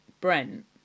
Brent